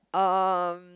um